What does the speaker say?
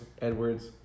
Edwards